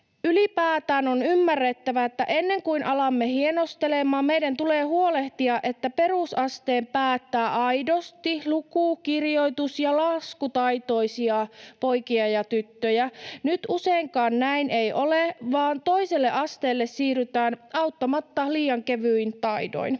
Ylipäätään on ymmärrettävä, että ennen kuin alamme hienostelemaan, meidän tulee huolehtia, että perusasteen päättävät pojat ja tytöt ovat aidosti luku‑, kirjoitus- ja laskutaitoisia. Nyt useinkaan näin ei ole, vaan toiselle asteelle siirrytään auttamatta liian kevyin taidoin.